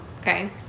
okay